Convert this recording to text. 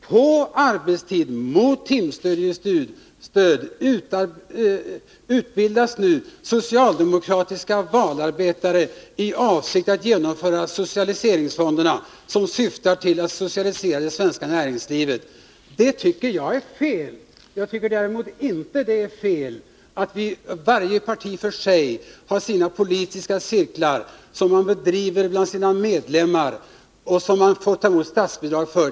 På arbetstid mot timstudiestöd utbildas nu socialdemokratiska valarbetare i avsikt att genomföra socialiseringsfonderna, som syftar till att socialisera det svenska näringslivet. Det tycker jag är fel. Jag tycker däremot inte att det är fel att varje parti för sig har politiska cirklar för sina medlemmar som man får statsbidrag för.